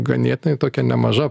ganėtinai tokia nemaža